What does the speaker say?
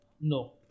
No